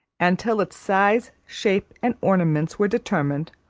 and till its size, shape, and ornaments were determined,